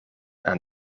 aan